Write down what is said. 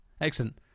Excellent